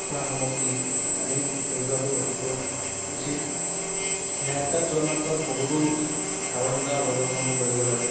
খোৱা সামগ্ৰী আদি লৈ যোৱাটো অতিকৈ উচিত ৰাইডত যোৱা মাত্ৰত বহুতো সাৱধানতা অৱলম্বন কৰিব লাগে